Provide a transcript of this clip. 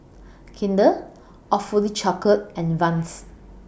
Kinder Awfully Chocolate and Vans